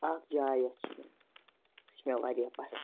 اَکھ جاے یۄس چھِ مےٚ سُہ چھِ مےٚ واریاہ پَسنٛد